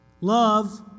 love